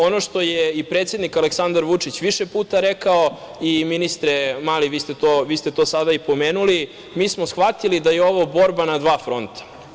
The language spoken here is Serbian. Ono što je i predsednik Aleksandar Vučić više puta rekao i, ministre Mali, vi ste to sada i pomenuli, mi smo shvatili da je ovo borba na dva fronta.